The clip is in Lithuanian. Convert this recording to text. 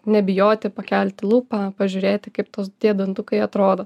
nebijoti pakelti lūpą pažiūrėti kaip tos tie dantukai atrodo